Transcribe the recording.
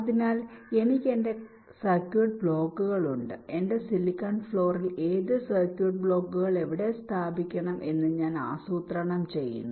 അതിനാൽ എനിക്ക് എന്റെ സർക്യൂട്ട് ബ്ലോക്കുകൾ ഉണ്ട് എന്റെ സിലിക്കൺ ഫ്ലോറിൽ ഏത് സർക്യൂട്ട് ബ്ലോക്കുകൾ എവിടെ സ്ഥാപിക്കണം എന്ന് ഞാൻ ആസൂത്രണം ചെയ്യണം